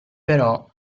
però